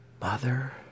Mother